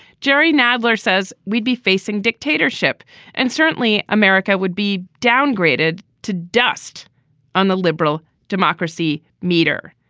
jerry nadler says we'd be facing dictatorship and certainly america would be downgraded to dust on the liberal democracy meter.